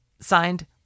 Signed